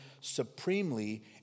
supremely